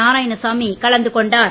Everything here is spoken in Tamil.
நாராயணசாமி கலந்து கொண்டார்